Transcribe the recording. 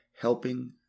Helping